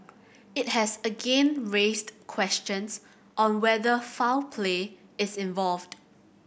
it has again raised questions on whether foul play is involved